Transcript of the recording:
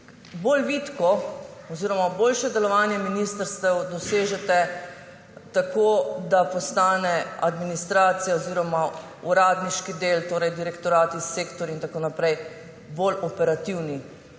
bolj vitko oziroma boljše delovanje ministrstev dosežete tako, da postanejo administracija oziroma uradniški del, torej direktorati, sektorji in tako naprej, bolj operativni,